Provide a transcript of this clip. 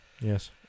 yes